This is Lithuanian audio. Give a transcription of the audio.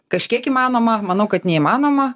kažkiek įmanoma manau kad neįmanoma